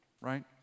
right